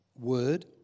word